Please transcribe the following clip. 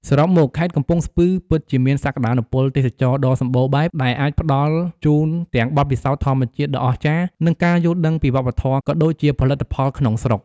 សរុបមក ខេត្តកំពង់ស្ពឺពិតជាមានសក្ដានុពលទេសចរណ៍ដ៏សម្បូរបែប ដែលអាចផ្ដល់ជូនទាំងបទពិសោធន៍ធម្មជាតិដ៏អស្ចារ្យ និងការយល់ដឹងពីវប្បធម៌ ក៏ដូចជាផលិតផលក្នុងស្រុក។